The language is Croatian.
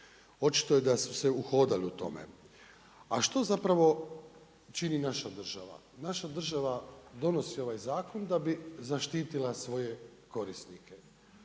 Očito je da su se uhodali u tome. A što zapravo čini naša država? Naša država donosi ovaj zakon da bi zaštitila svoje korisnike.